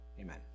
Amen